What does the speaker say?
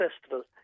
festival